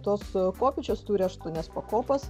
tos kopėčios turi aštuonias pakopas